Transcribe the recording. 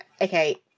okay